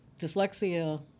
dyslexia